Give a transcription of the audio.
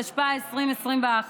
התשפ"א 2021 ,